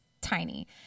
tiny